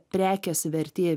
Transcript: prekės vertė